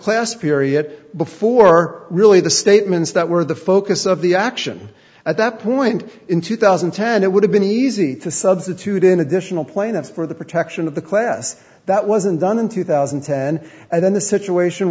class period before really the statements that were the focus of the action at that point in two thousand and ten it would have been easy to substitute in additional plaintiffs for the protection of the class that wasn't done in two thousand and ten and then the situation